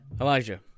Elijah